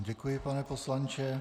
Děkuji vám, pane poslanče.